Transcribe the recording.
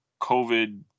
COVID